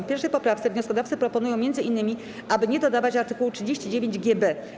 W 1. poprawce wnioskodawcy proponują m.in., aby nie dodawać art. 39gb.